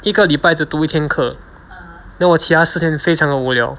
一个礼拜只读一天课 then 我其他的时间非常的无聊